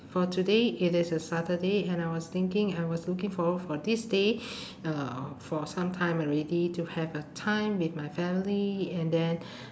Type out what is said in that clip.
for today it is a saturday and I was thinking I was looking forward for this day uh for some time already to have a time with my family and then